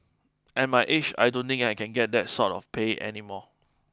at my age I don't think I can get that sort of pay any more